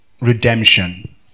redemption